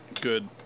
good